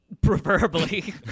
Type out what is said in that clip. preferably